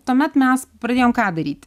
tuomet mes pradėjom ką daryt